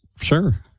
Sure